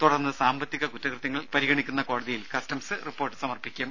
തുടർന്ന് സാമ്പത്തിക കുറ്റകൃത്യകേസുകൾ പരിഗണിക്കുന്ന കോടതിയിൽ കസ്റ്റംസ് റിപ്പോർട്ട് സമർപ്പിക്കും